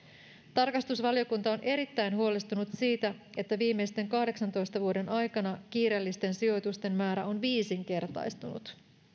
tarkastusvaliokunta on erittäin huolestunut siitä että viimeisten kahdeksantoista vuoden aikana kiireellisten sijoitusten määrä on viisinkertaistunut